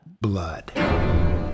Blood